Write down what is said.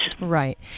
Right